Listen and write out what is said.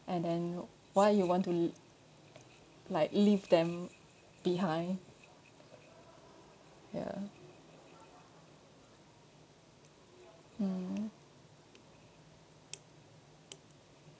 and then why you want to like leave them behind ya mm